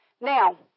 now